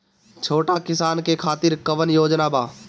छोटा किसान के खातिर कवन योजना बा?